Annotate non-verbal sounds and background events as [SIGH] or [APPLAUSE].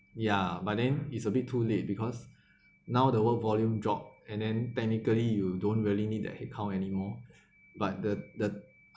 ya but then it's a bit too late because [BREATH] now the work volume drop and then technically you don't really need that headcount anymore but the the